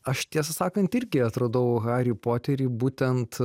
aš tiesą sakant irgi atradau harį poterį būtent